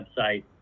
website